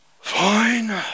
Fine